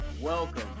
Welcome